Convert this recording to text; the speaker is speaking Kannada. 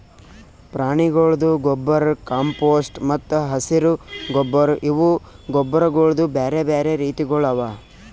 ಪ್ರಾಣಿಗೊಳ್ದು ಗೊಬ್ಬರ್, ಕಾಂಪೋಸ್ಟ್ ಮತ್ತ ಹಸಿರು ಗೊಬ್ಬರ್ ಇವು ಗೊಬ್ಬರಗೊಳ್ದು ಬ್ಯಾರೆ ಬ್ಯಾರೆ ರೀತಿಗೊಳ್ ಅವಾ